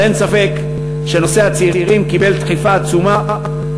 אבל אין ספק שנושא הצעירים קיבל דחיפה עצומה.